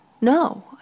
No